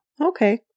Okay